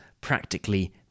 practically